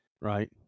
right